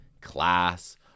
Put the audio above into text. class